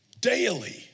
Daily